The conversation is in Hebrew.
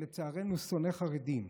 שלצערנו שונא חרדים,